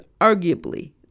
arguably